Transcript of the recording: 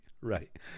right